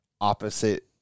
opposite